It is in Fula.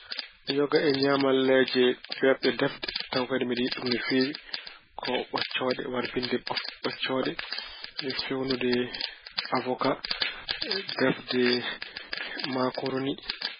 Yoga e ñaamalleeji beeɓɗe defde tawa kadi mbeɗa yiɗi ɗum no feewi ko ɓoccooɗe, warbinde ɓoof- ɓoccooɗe e feewnude awoka, defde maakoroni.